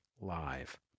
Live